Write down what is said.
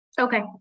Okay